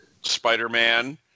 Spider-Man